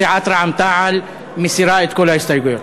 סיעת רע"ם-תע"ל מסירה את כל ההסתייגויות.